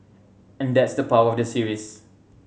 and that's the power of the series